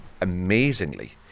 amazingly